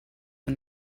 and